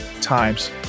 Times